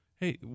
hey